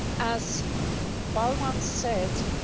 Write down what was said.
as balwant said,